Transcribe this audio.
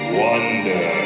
wonder